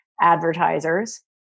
advertisers